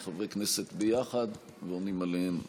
חברי הכנסת ביחד ועונים עליהן במשותף.